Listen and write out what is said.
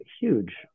huge